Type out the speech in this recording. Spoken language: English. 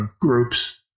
groups